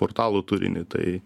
portalo turinį tai